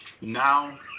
Now